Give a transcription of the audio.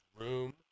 room